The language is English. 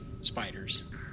spiders